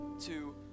two